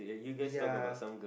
ya